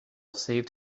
saved